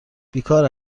بیکار